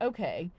Okay